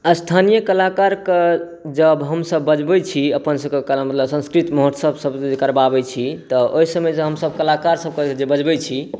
स्थानीय कलाकारके जब हमसब बजबै छी अपन सबके मतलब संस्कृति महोत्सव सब करबाबै छी तऽ ओहि सबमे जब हमसब कलाकार सबके जे बजबै छी